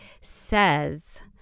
says